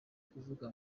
kuvuga